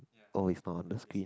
always on the screen